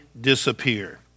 disappear